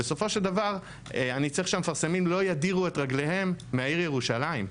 ובסופו של דבר אני צריך שהמפרסמים לא ידירו את רגליהם מהעיר ירושלים.